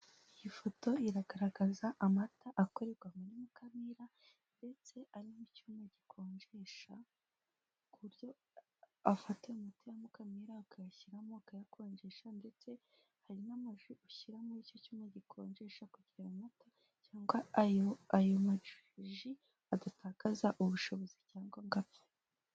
Iyi foto iragaragaza amata akorerwa muri mukamira ndetse ari mucyuma gikonjesha kuburyo afata aya mata ya mukamira akay'ashyiramo akaya konjesha ndetse yamara kuyashyira mucyuma gikonjesha kugirango ayo mata cyangwa amaji adatakaza ubushobozi.